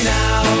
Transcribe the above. now